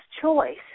choice